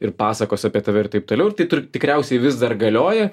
ir pasakos apie tave ir taip toliau ir tai tikriausiai vis dar galioja